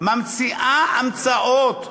ממציאה המצאות.